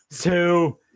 two